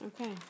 Okay